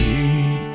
Deep